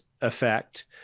effect